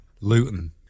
Luton